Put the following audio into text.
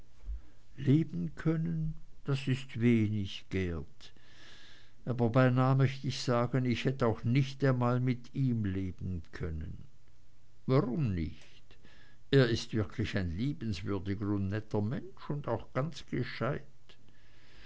leben können das ist wenig geert aber beinah möcht ich sagen ich hätte auch nicht einmal mit ihm leben können warum nicht er ist wirklich ein liebenswürdiger und netter mensch und auch ganz gescheit